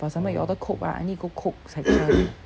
for example you order coke right I need to go coke section